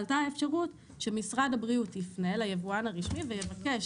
עלתה אפשרות שמשרד הבריאות יפנה ליבואן הרשמי ויבקש